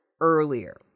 earlier